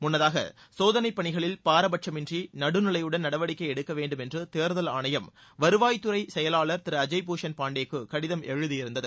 முன்னதாக சோதனைப் பணிகளில் பாரபட்சமின்றி நடுநிலையுடன் நடவடிக்கை வேண்டும் என்று தேர்தல் ஆணையம் வருவாய்த்துறை செயவாளர் திரு அஜய் பூஷன் பான்டேக்கு கடிதம் எழுதியிருந்தது